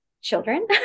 children